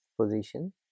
position